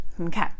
okay